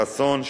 חסון,